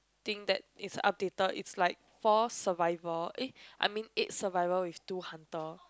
thing that is updated it's like four survivor eh I mean eight survivor with two hunter